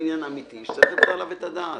אמיתי שצריך לתת עליו את הדעת.